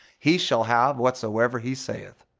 he shall have whatsoever he saith.